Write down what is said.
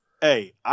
Hey